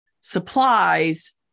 supplies